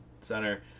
center